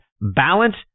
balance